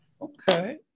Okay